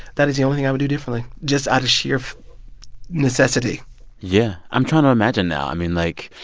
that is the only thing i would do differently just out of sheer necessity yeah. i'm trying to imagine now. i mean, like,